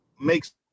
makes